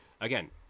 again